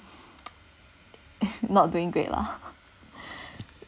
not doing great lah